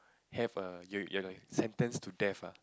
have a you you know sentence to death ah